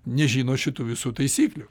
nežino šitų visų taisyklių